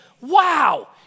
wow